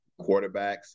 quarterbacks